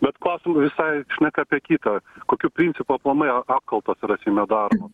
bet klausimu visai šneka apie kitą kokiu principu aplamai apkaltos yra seime daromos